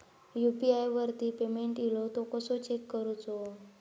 UPI वरती payment इलो तो कसो चेक करुचो?